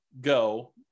go